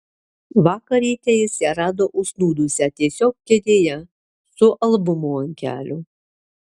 vakar ryte jis rado ją užsnūdusią tiesiog kėdėje su albumu ant kelių